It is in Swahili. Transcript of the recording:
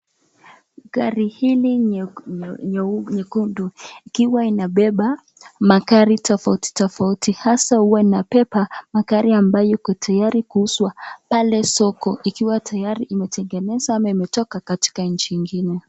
Gari hili nyekundu likiiwa linabeba magari tofauti tofauti hasa huwa inabeba magari ambayo iko tayari kuuzwa pale soko ikiwa tayari imetengenezwa ama imetoka nchi ingine.